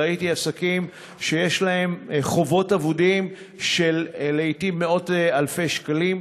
ראיתי עסקים שיש להם חובות אבודים של לעתים מאות אלפי שקלים.